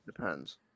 Depends